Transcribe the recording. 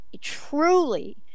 truly